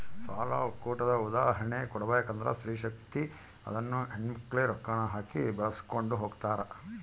ಸಾಲ ಒಕ್ಕೂಟದ ಉದಾಹರ್ಣೆ ಕೊಡ್ಬಕಂದ್ರ ಸ್ತ್ರೀ ಶಕ್ತಿ ಅದುನ್ನ ಹೆಣ್ಮಕ್ಳೇ ರೊಕ್ಕಾನ ಹಾಕಿ ಬೆಳಿಸ್ಕೊಂಡು ಹೊಗ್ತಾರ